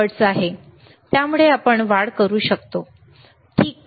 त्यामुळे आपण वाढ करू शकतो ठीक